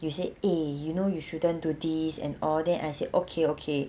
you say eh you know you shouldn't do this and all then I say okay okay